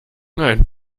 ein